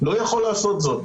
לא יכול לעשות זאת.